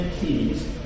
keys